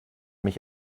mich